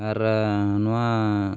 ᱟᱨᱻ ᱱᱚᱣᱟᱻ